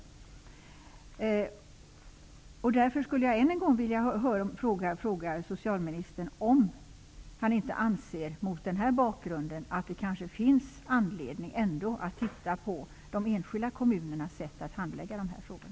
Jag vill därför än en gång fråga socialministern om han inte anser att det mot denna bakgrund kanske finns anledning att ändå titta på de enskilda kommunernas sätt att handlägga dessa frågor.